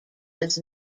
does